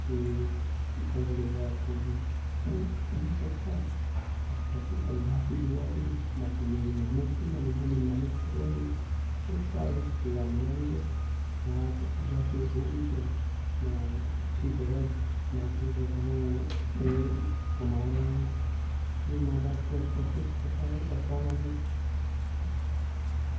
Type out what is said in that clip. کہ کر لے گا تو وہ تو وہی سب تھا اور باقی اللہ کی دعا تھی باقی میری محنت تھی اللہ نے محنت کروائی اور اس کا اجر و صلہ ملا مجھے میں آج اللہ کے حکم سے میں اچھی جگہ نوکری کر رہا ہوں اور اچھے کما رہا ہوں اپنے ماں باپ کو اچھا خوش رکھا رکھا ہوا ہوں بس